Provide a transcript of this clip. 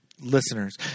listeners